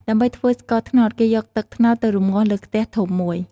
ដើម្បីធ្វើស្ករត្នោត គេយកទឹកត្នោតទៅរំងាស់លើខ្ទះធំមួយ។